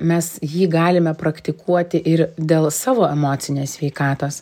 mes jį galime praktikuoti ir dėl savo emocinės sveikatos